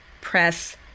press